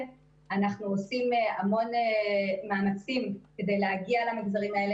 אנחנו עושים המון מאמצים כדי להגיע למגזרים האלה,